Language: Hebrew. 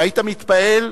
והיית מתפעל,